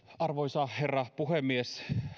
arvoisa herra puhemies